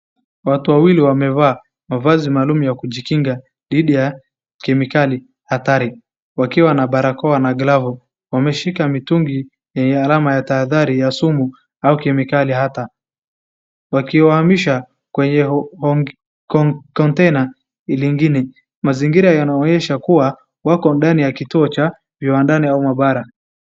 Watu wawili wamevaa mavazi maalum ya kujikinga dhidi ya kemikali hatari, wakiwa na barakoa na glavu, wameshika mitungi yenye alama ya tahadhari ya sumu au kemikali hata, wakiwaamisha kwenye konteina lingine. Mazingira yanaonyesha kuwa wako ndani ya kituo cha viwandani au maabara,